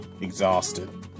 exhausted